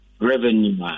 revenue